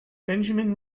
benjamin